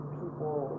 people